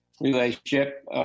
relationship